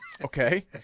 Okay